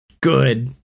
Good